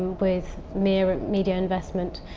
with mere media investment.